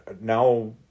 Now